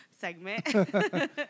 segment